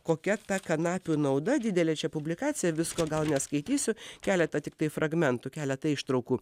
kokia ta kanapių nauda didelė čia publikacija visko gal neskaitysiu keletą tiktai fragmentų keletą ištraukų